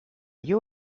you